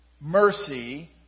mercy